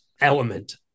element